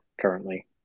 currently